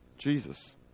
Jesus